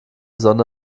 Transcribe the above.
sonne